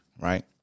right